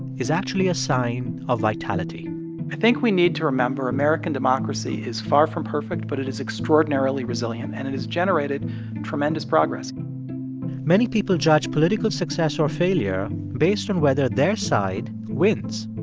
is actually a sign of vitality i think we need to remember american democracy is far from perfect, but it is extraordinarily resilient, and it has generated tremendous progress many people judge political success or failure based on whether their side wins.